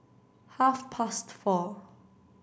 half past four